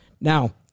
Now